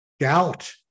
gout